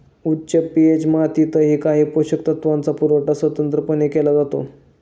उच्च पी.एच मातीतही काही पोषक तत्वांचा पुरवठा स्वतंत्रपणे केला जातो